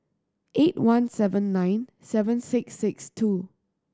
eight one seven nine seven six six two